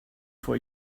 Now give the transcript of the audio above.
for